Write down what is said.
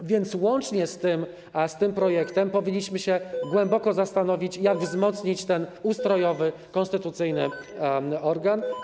A więc przy pracy nad tym projektem powinniśmy się głęboko zastanowić, jak wzmocnić ten ustrojowy, konstytucyjny organ.